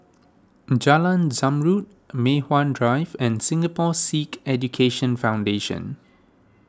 Jalan Zamrud Mei Hwan Drive and Singapore Sikh Education Foundation